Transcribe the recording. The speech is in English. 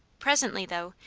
presently, though,